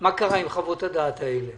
מה קרה עם חוות הדעת האלו